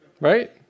Right